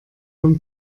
von